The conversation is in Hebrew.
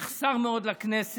היא תחסר מאוד לכנסת.